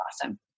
awesome